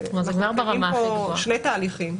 יש כאן שני תהליכים.